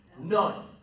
None